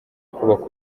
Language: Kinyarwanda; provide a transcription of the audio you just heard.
kubaka